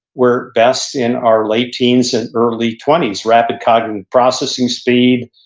we're best in our late teens and early twenties. rapid cognitive processing speed,